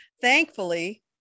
thankfully